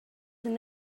than